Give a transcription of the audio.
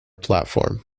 platform